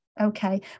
Okay